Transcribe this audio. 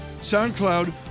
SoundCloud